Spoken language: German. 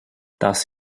das